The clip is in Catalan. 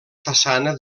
façana